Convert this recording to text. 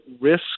risk